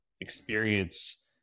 experience